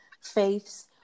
faiths